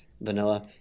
vanilla